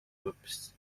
groups